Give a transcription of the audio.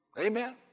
Amen